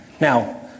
Now